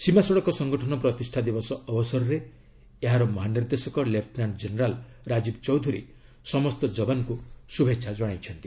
ସୀମା ସଡ଼କ ସଂଗଠନ ପ୍ରତିଷ୍ଠା ଦିବସ ଅବସରରେ ମହାନିର୍ଦ୍ଦେଶକ ଲେଫ୍ଟନାଣ୍ଟ ଜେନେରାଲ ରାଜୀବ ଚୌଧୁରୀ ସମସ୍ତ ଜବାନଙ୍କୁ ଶୁଭେଚ୍ଛା ଜଣାଇଛନ୍ତି